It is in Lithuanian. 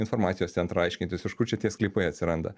informacijos centrą aiškintis iš kur čia tie sklypai atsiranda